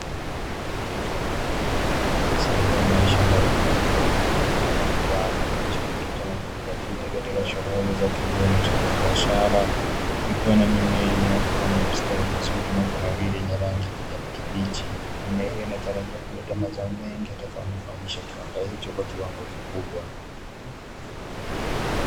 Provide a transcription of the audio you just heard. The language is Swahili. Sehemu ya shamba kubwa linalomilikiwa na kiwanda kilichojikita na kujidhatiti katika shughuli za kilimo cha kibiashara; ikiwa na mimea iliyokua na kustawi vizuri na kunawiri yenye rangi ya kijani kibichi. Mimea hiyo inatarajiwa kuleta mazao mengi yatakayonufaisha kiwanda hicho kwa kiwango kikubwa.